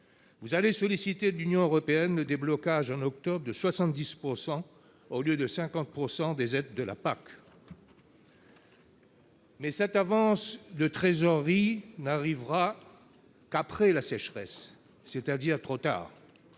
Vous allez solliciter de l'Union européenne le déblocage en octobre de 70 %, au lieu de 50 %, des aides de la politique agricole commune, mais cette avance de trésorerie n'arrivera qu'après la sécheresse, c'est-à-dire trop tard